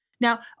Now